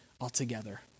altogether